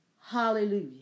Hallelujah